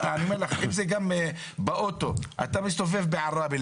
אדוני המנכ"ל, אם אתה מסתובב למשל בערבה,